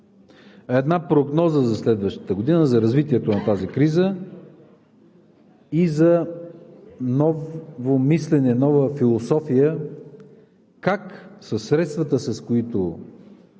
една прогноза за следващата година за развитието на тази криза и за ново мислене и нова философия как със средствата, с които